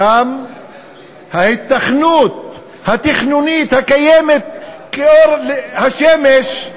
שם ההיתכנות התכנונית הקיימת כאור השמש,